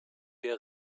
der